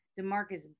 DeMarcus